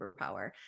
superpower